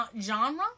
genre